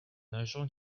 agent